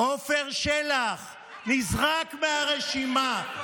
עפר שלח נזרק מהרשימה.